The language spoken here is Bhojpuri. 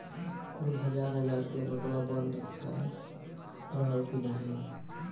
कुल हजार हजार के नोट्वा बंद भए रहल की नाही